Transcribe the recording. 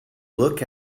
look